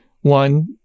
One